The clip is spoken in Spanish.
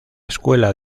escuela